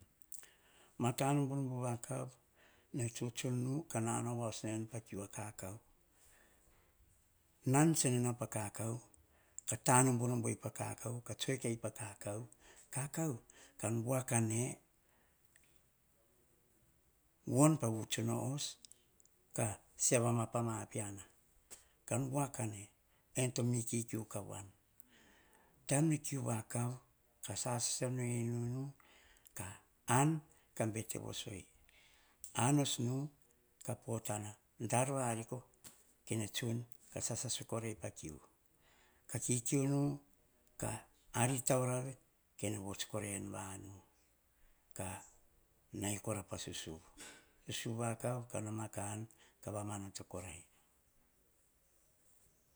Ma ta nubunubu nene tsutsunu, pa nao pa kiu a kakao. Nan tsene nao pa kakao, ka ta nubunubu i pa kakao. Ka tsoe kai pa kakao, kakao kan voa kane. Voni po vutsuno os ka voni pa ma piana. Ka voa kane, pene to mi kikiu ka voa an, taim nene kiu vakav, ka sasasa nu en. Inu, ka an, ka betei. A nos nu, ka potana dar voi riko, kene tsun ka sasai pa kiu. Ka kikiu nu, ka ar tau rave kene vuts ei en vanu. Ka nai kora pa susuvu susuvu vakav, ka an ka va matopo korai.